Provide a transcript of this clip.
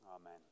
Amen